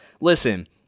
listen